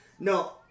No